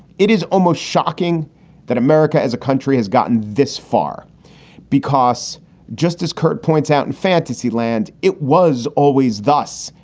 it is almost shocking that america as a country has gotten this far because just as kurt points out, in fantasy land, it was always thus.